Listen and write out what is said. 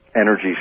energy